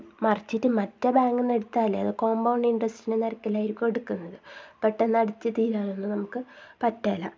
മറിച്ച് മറ്റേ ബാങ്കിൽ നിന്ന് എടുത്താൽ അത് കോമ്പൗണ്ട് ഇൻ്ററെസ്റ്റിൻ്റെ നിരക്കിലായിരിക്കും എടുക്കുന്നത് പെട്ടെന്ന് അടച്ചു തീരാനും നമുക്ക് പറ്റില്ല